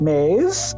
maze